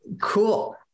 cool